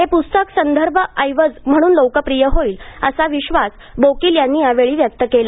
हे पुस्तक संदर्भ ऐवज म्हणून लोकप्रिय होईल असा विश्वास बोकील यांनी यावेळी व्यक्त केला